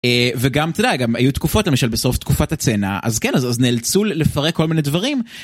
וגם, אתה יודע, גם היו תקופות, למשל בסוף תקופת הצנע. אז כן, אז נאלצו לפרק כל מיני דברים.